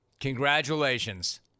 Congratulations